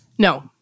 No